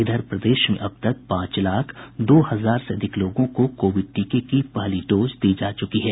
इधर प्रदेश में अब तक पांच लाख दो हजार से अधिक लोगों को कोविड टीके की पहली डोज दी जा चुकी है